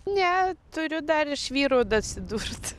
ne turiu dar iš vyro dasidurt